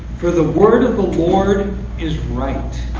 for the word of the lord is right